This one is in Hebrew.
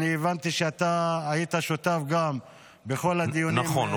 הבנתי שגם אתה היית שותף בכל הדיונים בחוק -- נכון,